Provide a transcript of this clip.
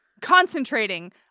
Concentrating